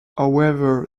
however